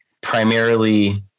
primarily